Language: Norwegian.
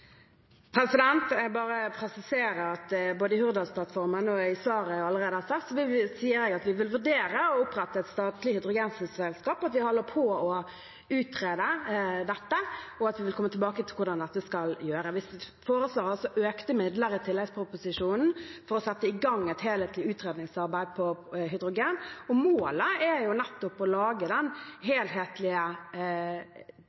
Jeg bare presiserer at i Hurdalsplattformen – og jeg har sagt det i svaret jeg allerede har gitt – sier vi at vi vil vurdere å opprette et statlig hydrogenselskap. Vi holder på å utrede dette, og vi vil komme tilbake til hvordan dette skal gjøres. I tilleggsproposisjonen foreslår vi altså økte midler for å sette i gang et helhetlig utredningsarbeid for hydrogen, og målet er nettopp å lage den